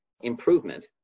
improvement